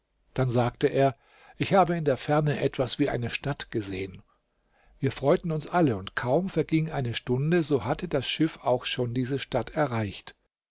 dann sagte er ich habe in der ferne etwas wie eine stadt gesehen wir freuten uns alle und kaum verging eine stunde so hatte das schiff auch schon diese stadt erreicht